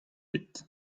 bet